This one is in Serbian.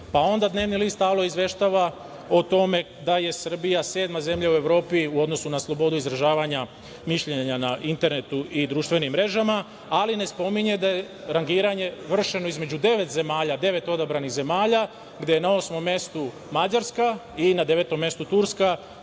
tako. Onda dnevni list „Alo“ izveštava o tome da je Srbija sedma zemlja u Evropi u odnosu na slobodu izražavanja mišljenja na Internetu i društvenim mrežama, ali ne spominje da je rangiranje vršeno između devet odabranih zemalja gde je na osmom mestu Mađarska i na devetom mestu Turska,